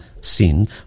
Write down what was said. sin